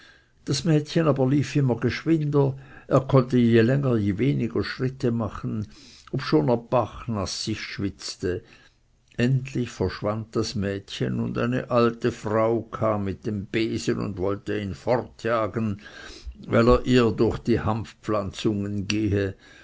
das mädchen aber lief immer geschwinder er konnte je länger je weniger schritte machen obschon er bachnaß sich schwitzte endlich verschwand das mädchen und eine alte frau kam mit dem besen und wollte ihn fortjagen weil er ihr durch die bäunde gehe